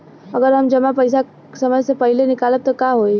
अगर हम जमा पैसा समय से पहिले निकालब त का होई?